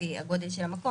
לפי הגודל של המקום.